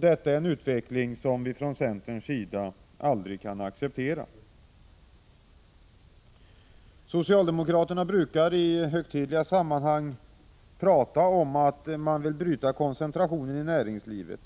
Det är en utveckling som vi från centerns sida aldrig kan acceptera. Socialdemokraterna brukar i högtidliga sammanhang tala om att man vill bryta koncentrationen i näringslivet.